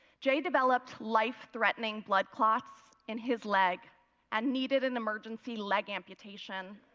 jay developed life-threatening blood clots in his leg and needed an emergency leg amputation.